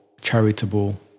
charitable